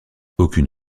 aucune